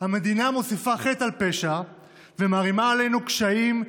המדינה מוסיפה חטא על פשע ומערימה עלינו קשיים,